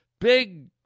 big